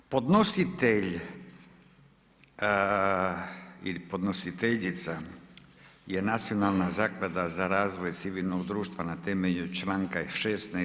Podnositelj ili podnositeljica je Nacionalna zaklada za razvoj civilnog društva, na temelju članka 16.